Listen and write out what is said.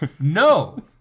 No